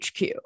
HQ